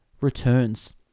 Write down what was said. returns